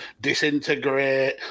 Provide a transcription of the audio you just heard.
disintegrate